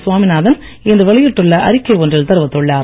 சாமிநாதன் இன்று வெளியிட்டுள்ள அறிக்கைஒன்றில் தெரிவித்துள்ளார்